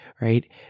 right